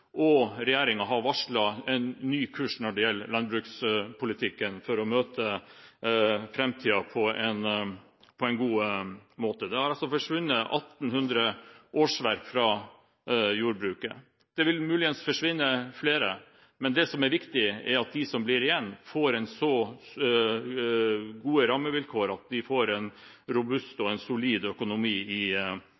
og regjeringen har varslet en ny kurs når det gjelder landbrukspolitikken, for å møte framtiden på en god måte. Det har forsvunnet 1 800 årsverk fra jordbruket. Det vil muligens forsvinne flere. Men det som er viktig, er at de som blir igjen, får så gode rammevilkår at de får en robust og